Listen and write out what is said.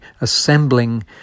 assembling